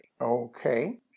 okay